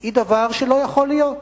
היא דבר שלא יכול להיות.